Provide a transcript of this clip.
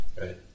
Right